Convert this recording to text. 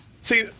See